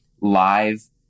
live